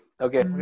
Okay